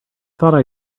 thought